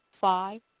Five